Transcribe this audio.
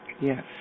Yes